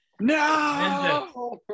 No